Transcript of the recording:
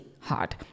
hard